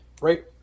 right